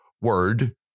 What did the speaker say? word